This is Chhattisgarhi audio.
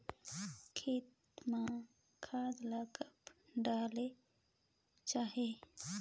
खेती म खाद ला कब डालेक चाही?